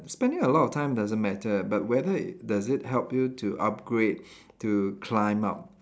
spending a lot of time doesn't matter but whether does it help you to upgrade to climb up